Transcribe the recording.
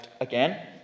again